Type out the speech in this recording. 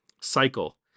cycle